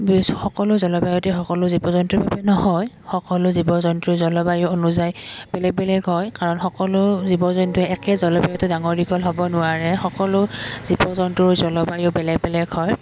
সকলো জলবায়ুতে সকলো জীৱ জন্তুৰ বাবে নহয় সকলো জীৱ জন্তুৰ জলবায়ু অনুযায়ী বেলেগ বেলেগ হয় কাৰণ সকলো জীৱ জন্তুৱে একেই জলবায়ুত ডাঙৰ দীঘল হ'ব নোৱাৰে সকলো জীৱ জন্তুৰ জলবায়ু বেলেগ বেলেগ হয়